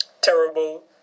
terrible